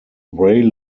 rail